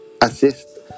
assist